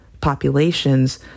populations